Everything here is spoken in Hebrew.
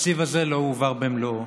התקציב הזה לא הועבר במלואו.